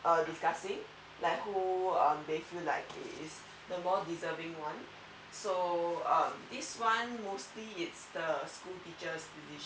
uh discussing like who they feel like is the more deserving one so um this one mostly it's the school teachers decision